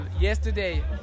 yesterday